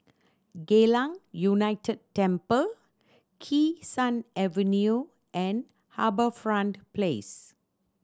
Geylang United Temple Kee Sun Avenue and HarbourFront Place